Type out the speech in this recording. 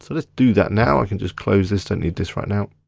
so let's do that now, we can just close this. don't need this right now.